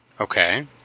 Okay